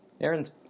Aaron's